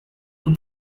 who